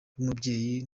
rw’umubyeyi